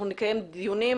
אנחנו נקיים דיונים,